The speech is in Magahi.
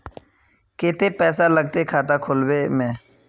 केते पैसा लगते खाता खुलबे में?